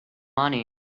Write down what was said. money